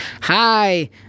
Hi